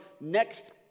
next